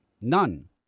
None